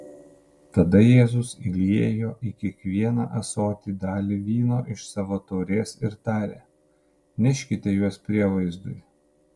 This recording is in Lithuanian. tada jėzus įliejo į kiekvieną ąsotį dalį vyno iš savo taurės ir tarė neškite juos prievaizdui